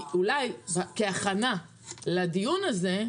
כי אולי כהכנה לדיון הזה,